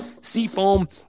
Seafoam